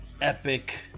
epic